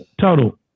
Total